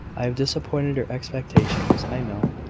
i have disappointed her expectations, i know.